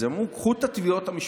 אז הם אמרו: קחו את התביעות המשפטיות,